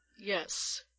Yes